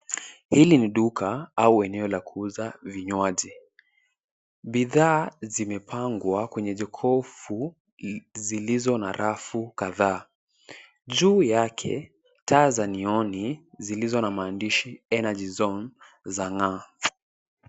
Hili ni duka au eneo la kuuza vinywaji, Bidhaa zimepangwa kwenye jokofu zilizo na rafu kadhaa. Juu yake taa za neoni zilizo na maandishi Energy Zone zang'aa.